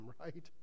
right